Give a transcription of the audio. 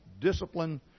discipline